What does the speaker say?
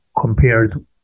compared